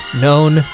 known